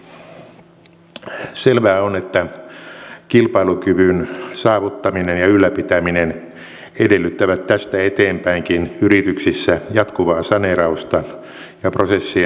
selvää on että kilpailukyvyn saavuttaminen ja ylläpitäminen edellyttävät tästä eteenpäinkin yrityksissä jatkuvaa saneerausta ja prosessien tehostamista